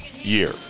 year